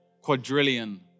quadrillion